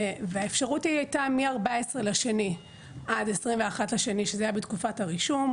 והאפשרות הייתה מ-14 בפברואר ועד 21 בפברואר שזה היה בתקופת הרישום,